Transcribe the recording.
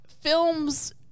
films